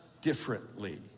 differently